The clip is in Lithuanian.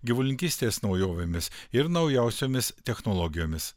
gyvulininkystės naujovėmis ir naujausiomis technologijomis